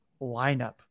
lineup